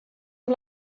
amb